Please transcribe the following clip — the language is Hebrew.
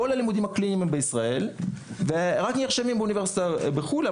כל הלימודים הקליניים הם בישראל ורק נרשמים באוניברסיטה בחו"ל.